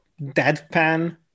deadpan